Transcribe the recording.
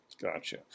Gotcha